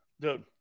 Dude